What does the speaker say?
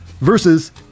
Versus